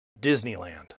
disneyland